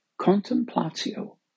contemplatio